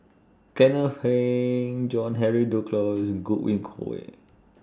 Kenneth Keng John Henry Duclos Godwin Koay